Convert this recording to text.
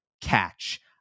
catch